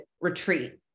retreat